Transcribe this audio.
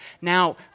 Now